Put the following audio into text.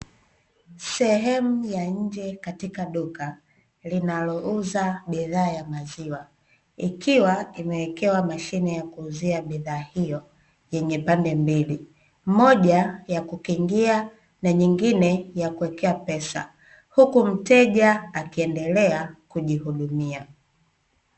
Sehemu ya nje katika duka linalouza bidhaa ya maziwa ikiwa imewekewa mashine ya kuuzia bidhaa hiyo yenye pande mbili; moja ya kukingia na nyingine ya kuwekea pesa, huku mteja akiendelea kujihudumia.